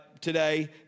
today